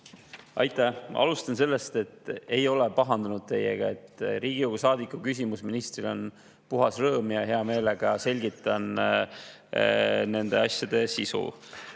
Aitäh! Alustan sellest, et ma ei ole pahandanud teiega. Riigikogu saadiku küsimus ministrile on puhas rõõm ja ma hea meelega selgitan nende asjade sisu. Nüüd,